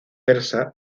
persa